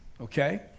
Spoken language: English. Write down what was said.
Okay